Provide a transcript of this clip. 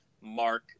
Mark